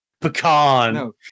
Pecan